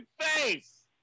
face